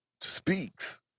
speaks